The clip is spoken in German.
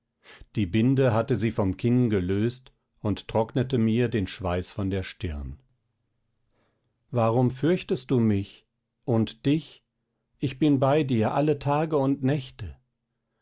die binde hatte sie vom kinn gelöst und trocknete mir den schweiß von der stirn warum fürchtest du mich und dich ich bin bei dir alle tage und nächte